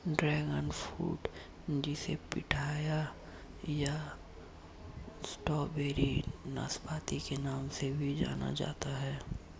dragon fruit जिसे pitaya या strawberry नाशपाती के नाम से भी जाना जाता है